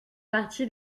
parti